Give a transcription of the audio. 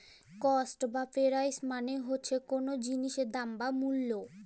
cost বা price মালে হছে কল জিলিসের দাম বা মূল্য